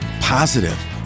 positive